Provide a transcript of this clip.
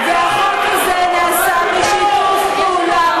והחוק הזה נעשה בשיתוף פעולה,